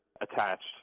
attached